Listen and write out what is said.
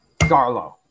Garlo